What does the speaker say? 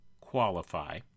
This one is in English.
qualify